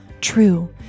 true